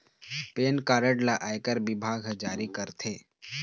PAN card ल आयकर बिभाग ह जारी करथे